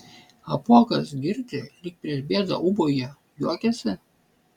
apuokas girdi lyg prieš bėdą ūbauja juokiasi